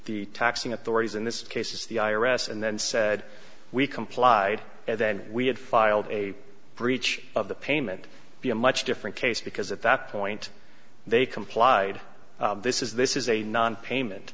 the taxing authorities in this case is the i r s and then said we complied and then we had filed a breach of the payment be a much different case because at that point they complied this is this is a non payment